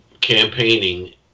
campaigning